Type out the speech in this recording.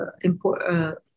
important